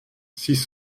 six